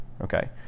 Okay